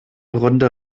runde